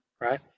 right